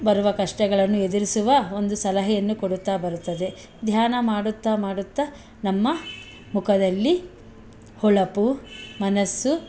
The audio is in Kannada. ಬರುವ ಕಷ್ಟಗಳನ್ನು ಎದುರಿಸುವ ಒಂದು ಸಲಹೆಯನ್ನು ಕೊಡುತ್ತಾ ಬರುತ್ತದೆ ಧ್ಯಾನ ಮಾಡುತ್ತಾ ಮಾಡುತ್ತಾ ನಮ್ಮ ಮುಖದಲ್ಲಿ ಹೊಳಪು ಮನಸ್ಸು